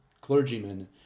clergymen